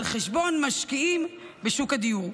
על חשבון משקיעים בשוק הדיור.